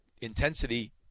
intensity